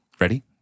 Ready